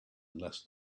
unless